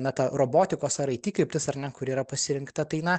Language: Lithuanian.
na ta robotikos ar it kryptis ar ne kur yra pasirinkta tai na